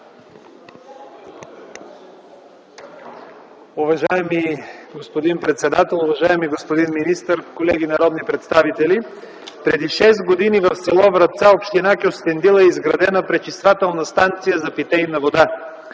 Уважаеми господин председател, уважаеми господин министър, колеги народни представители! Преди шест години в с. Вратца, община Кюстендил е изградена пречиствателна станция за питейна вода.